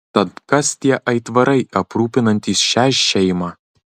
tad kas tie aitvarai aprūpinantys šią šeimą